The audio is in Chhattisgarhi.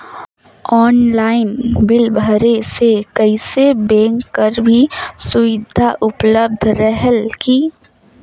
ऑनलाइन बिल भरे से कइसे बैंक कर भी सुविधा उपलब्ध रेहेल की?